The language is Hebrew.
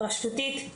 רשותית,